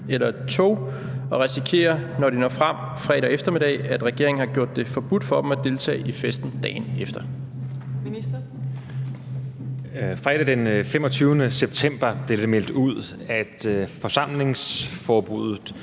eller et tog og risikerer, når de når frem fredag eftermiddag, at regeringen har gjort det forbudt for dem at deltage i festen dagen efter? Skriftlig begrundelse For nylig ødelagde regeringen